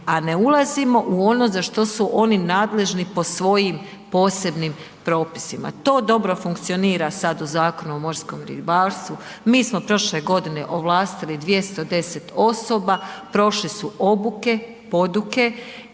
a ne ulazimo u ono za što su oni nadležni po svojim posebnim propisima. To dobro funkcionira sad u Zakonu o morskom ribarstvu, mi smo prošle godine 210 osoba, prošli su obuke, poduke,